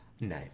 No